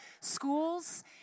schools